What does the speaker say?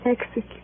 Execute